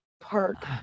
park